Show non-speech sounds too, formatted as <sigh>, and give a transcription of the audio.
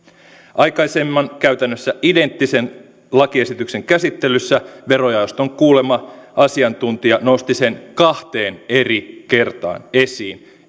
aikaisemman käytännössä identtisen lakiesityksen käsittelyssä verojaoston kuulema asiantuntija nosti kahteen eri kertaan esiin <unintelligible>